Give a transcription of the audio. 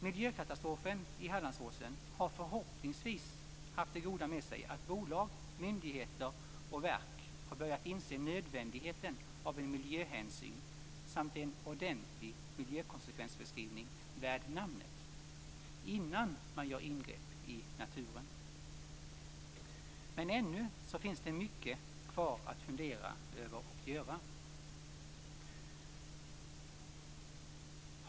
Miljökatastrofen i Hallandsåsen har förhoppningsvis haft det goda med sig att bolag, myndigheter och verk har börjat inse nödvändigheten av en miljöhänsyn samt en ordentlig miljökonsekvensbeskrivning värd namnet, innan man gör ingrepp i naturen. Men ännu finns det mycket kvar att fundera över och att göra.